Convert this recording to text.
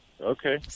okay